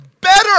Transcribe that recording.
better